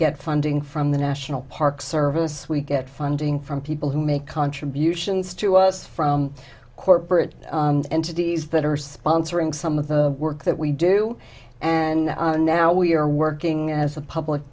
get funding from the national park service we get funding from people who make contributions to us from corporate entities that are sponsoring some of the work that we do and now we are working as a public